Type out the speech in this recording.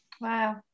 Wow